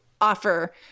offer